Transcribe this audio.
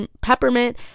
peppermint